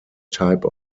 type